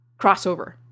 Crossover